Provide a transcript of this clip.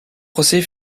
procès